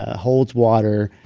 ah holds water.